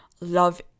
love